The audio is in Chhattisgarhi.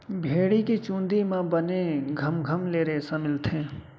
भेड़ी के चूंदी म बने घमघम ले रेसा मिलथे